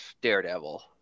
Daredevil